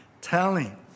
telling